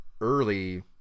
early